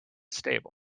stable